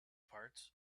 parts